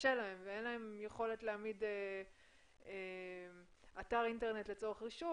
שקשה להן ואין להן יכולת להעמיד אתר אינטרנט לצורך רישום,